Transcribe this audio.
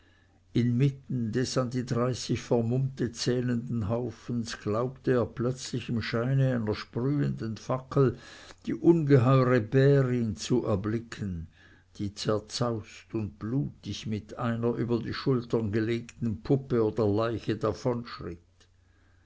inmitten des an die dreißig vermummte zählenden haufens glaubte er plötzlich im scheine einer sprühenden fackel die ungeheure bärin zu erblicken die zerzaust und blutig mit einer über die schultern gelegten puppe oder leiche